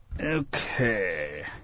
Okay